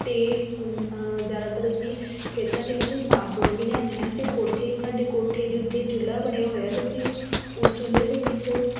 ਅਤੇ ਉਨ ਜ਼ਿਆਦਾਤਰ ਅਸੀਂ ਖੇਤਾਂ ਦੇ ਵਿੱਚ ਸਾਗ ਤੋੜ ਕੇ ਲਿਆਉਂਦੇ ਹਾਂ ਅਤੇ ਕੋਠੇ ਸਾਡੇ ਕੋਠੇ ਦੇ ਉੱਤੇ ਚੁੱਲ੍ਹਾ ਬਣਿਆ ਹੋਇਆ ਅਤੇ ਅਸੀਂ ਉਸ ਚੁੱਲ੍ਹੇ ਦੇ ਵਿੱਚ